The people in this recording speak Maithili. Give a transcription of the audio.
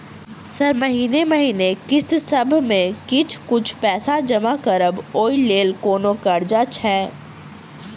सर महीने महीने किस्तसभ मे किछ कुछ पैसा जमा करब ओई लेल कोनो कर्जा छैय?